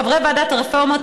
חברי ועדת הרפורמות,